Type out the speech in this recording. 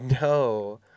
No